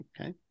okay